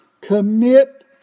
commit